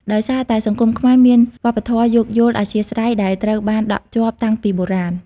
ដោយសារតែសង្គមខ្មែរមានវប្បធម៌យោគយល់អធ្យាស្រ័យដែលត្រូវបានដក់ជាប់តាំងពីបុរាណ។